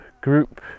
group